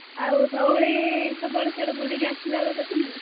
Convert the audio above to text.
ଆଉ ଧଉଳି ସବୁଆଡ଼େ ସେଆଡ଼େ ବୁଲିକି ଆସିଲାବେଳେ କେତେ ନେବେ